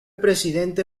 presidente